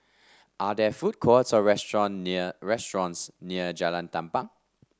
are there food courts or restaurant near restaurants near Jalan Tampang